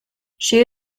she